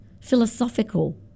philosophical